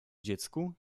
dziecku